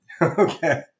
Okay